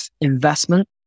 investment